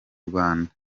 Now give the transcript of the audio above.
rwanda